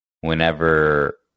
whenever